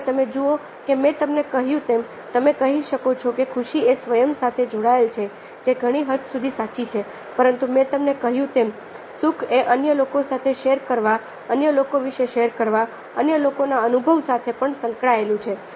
હવે તમે જુઓ કે મેં તમને કહ્યું તેમ તમે કહી શકો છો કે ખુશી એ સ્વયં સાથે જોડાયેલી છે જે ઘણી હદ સુધી સાચી છે પરંતુ મેં તમને કહ્યું તેમ સુખ એ અન્ય લોકો સાથે શેર કરવા અન્ય લોકો વિશે શેર કરવા અન્ય લોકોના અનુભવ સાથે પણ સંકળાયેલું છે